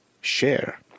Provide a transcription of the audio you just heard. share